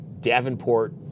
Davenport